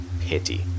pity